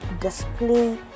display